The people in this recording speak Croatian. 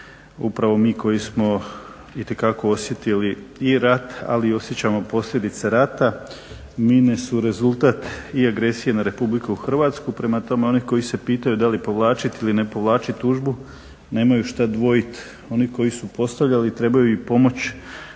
upravo mi koji smo itekako osjetili i rat, ali osjećamo posljedice rata. Mine su rezultat i agresije na Republiku Hrvatsku, prema tome oni koji se pitaju da li povlačiti ili ne povlačiti tužbu nemaju šta dvojiti. Oni koji su postavljali trebaju i pomoći